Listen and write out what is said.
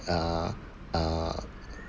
uh uh